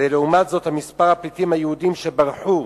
ולעומת זאת, מספר הפליטים היהודים שברחו